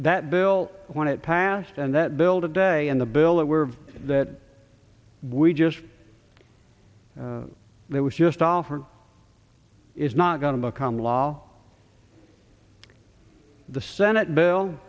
that bill when it passed and that bill today and the bill that were that we just that was just offered is not going to become law the senate bill